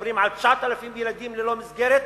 מדברים על 9,000 ילדים ללא מסגרת,